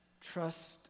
Trust